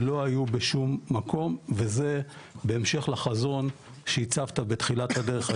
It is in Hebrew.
שלא היו בשום מקום וזה בהמשך לחזון שהצפת בתחילת הדרך,